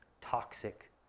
toxic